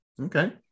Okay